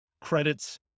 credits